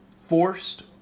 forced